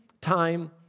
time